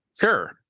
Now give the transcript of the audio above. Sure